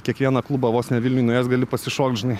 kiekvieną klubą vos ne vilniuj nuėjęs gali pasišokt žinai